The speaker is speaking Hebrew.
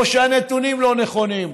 או שהנתונים לא נכונים.